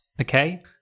okay